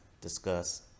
discuss